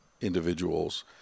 individuals